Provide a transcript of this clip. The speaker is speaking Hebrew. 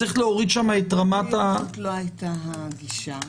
זאת לא הייתה הגישה.